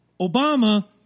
Obama